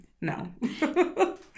No